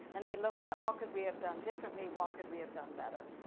and they look at what could we have done differently, what could we have done better.